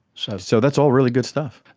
so so that's all really good stuff.